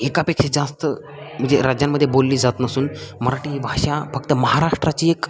एकापेक्षा जास्त म्हणजे राज्यांमध्ये बोलली जात नसून मराठी भाषा फक्त महाराष्ट्राची एक